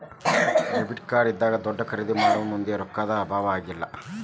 debit card ಇದ್ರಾ ದೊಡ್ದ ಖರಿದೇ ಮಾಡೊಮುಂದ್ ರೊಕ್ಕಾ ದ್ ಅಭಾವಾ ಆಗಂಗಿಲ್ಲ್